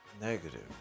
negative